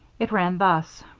it ran thus